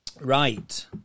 Right